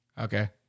Okay